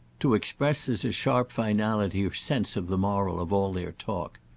to express as a sharp finality her sense of the moral of all their talk.